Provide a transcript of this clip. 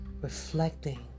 reflecting